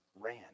ran